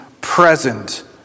present